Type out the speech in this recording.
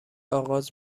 آغاز